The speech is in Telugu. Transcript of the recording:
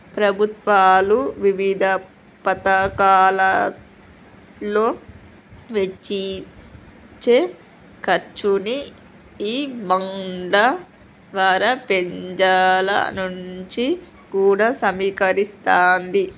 ప్రభుత్వాలు వివిధ పతకాలలో వెచ్చించే ఖర్చుని ఈ బాండ్ల ద్వారా పెజల నుంచి కూడా సమీకరిస్తాది